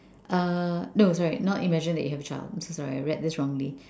uh no sorry not imagine that you have a child I'm so sorry I read this wrongly